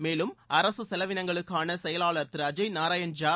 மேலும் அரசு செலவினங்களுக்கான செயலாளா் திரு அஜய் நாராயண் ஜா